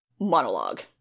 monologue